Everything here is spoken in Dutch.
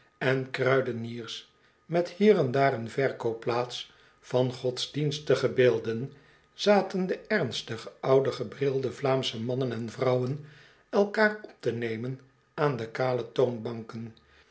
en kruideniers met hier en daar een verkoopplaats van godsdienstige beelden zaten de ernstigste oude gebrilde vlaamsche mannen en vrouwen elkaar op te nemen aan de kale toonbanken